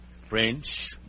French